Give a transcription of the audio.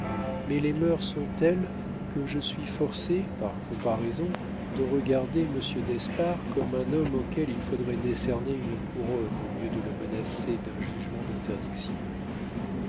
mais les mœurs sont telles que je suis forcé par comparaison de regarder monsieur d'espard comme un homme auquel il faudrait décerner une couronne au lieu de le menacer d'un jugement d'interdiction